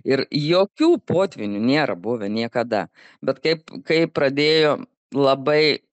ir jokių potvynių nėra buvę niekada bet kaip kaip pradėjo labai